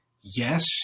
Yes